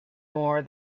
more